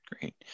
Great